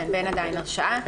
ואין עדיין הרשעה.